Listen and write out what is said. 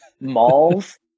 Malls